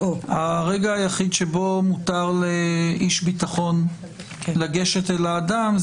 הרגע היחיד שבו מותר לאיש ביטחון לגשת אל האדם,